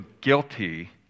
guilty